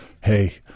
hey –